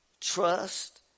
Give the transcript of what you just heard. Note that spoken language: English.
trust